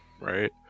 right